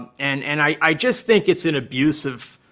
and and and i just think it's an abusive